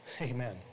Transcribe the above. amen